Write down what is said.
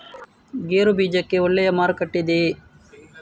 ಗೇರು ಬೀಜಕ್ಕೆ ಒಳ್ಳೆಯ ಮಾರುಕಟ್ಟೆ ಇದೆಯೇ?